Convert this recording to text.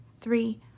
three